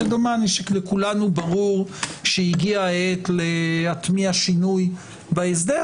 שדומני שלכולנו ברור שהגיעה העת להטמיע שינוי בהסדר,